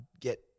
get